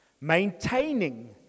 Maintaining